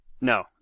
No